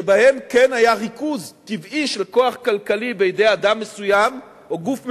שבהן כן היה ריכוז טבעי של כוח כלכלי בידי אדם מסוים או גוף מסוים,